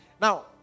Now